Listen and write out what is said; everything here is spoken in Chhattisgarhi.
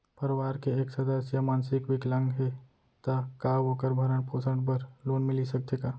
परवार के एक सदस्य हा मानसिक विकलांग हे त का वोकर भरण पोषण बर लोन मिलिस सकथे का?